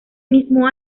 mismo